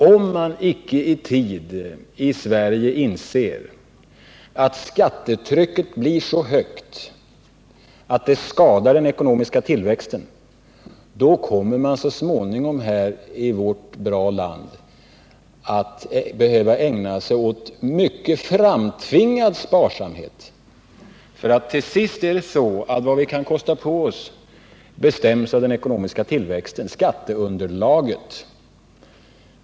Om man i Sverige inte i tid inser att skattetrycket håller på att bli så högt att det skadar den ekonomiska tillväxten, kommer man så småningom i vårt land att behöva ägna sig åt en i stor utsträckning framtvingad sparsamhet. För till sist är det så att vad vi kan kosta på oss bestäms av den ekonomiska tillväxten, av skatteunderlaget.